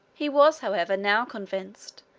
he was, however, now convinced,